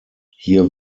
hier